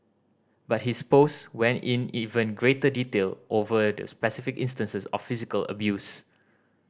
but his post went in even greater detail over the specific instances of physical abuse